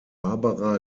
barbara